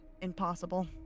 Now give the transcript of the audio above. impossible